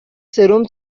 سرم